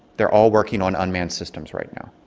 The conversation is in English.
they're all working on unmanned systems right now.